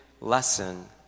lesson